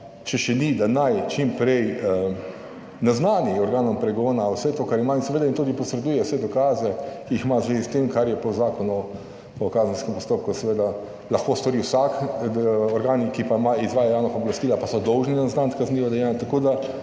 če še ni, da naj čim prej naznani organom pregona vse to kar ima in seveda in tudi posreduje vse dokaze, ki jih ima v zvezi s tem, kar je po Zakonu o kazenskem postopku seveda lahko stori vsak organ, ki pa izvajajo javna pooblastila, pa so dolžni naznaniti kazniva dejanja. Tako da